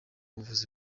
buvuzi